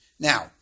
Now